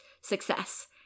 success